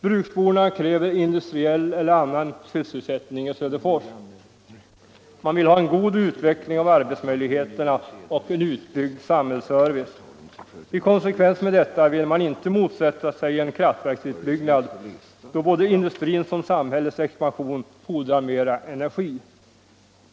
Bruksborna kräver industriarbete eller annan sysselsättning i Söderfors. Man vill ha en god utveckling av arbetsmöjligheterna och en utbyggnad av samhällsservicen. I konsekvens med detta vill man inte motsätta sig en kraftverksutbyggnad, eftersom både industrins och samhällets expansion fordrar mera energi.